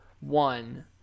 one